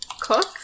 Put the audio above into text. cook